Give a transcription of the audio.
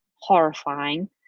horrifying